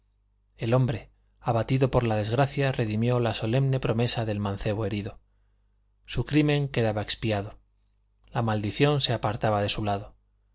el hombre abatido por la desgracia redimió la solemne promesa del mancebo herido su crimen quedaba expiado la maldición se apartaba de su lado